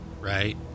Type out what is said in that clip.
right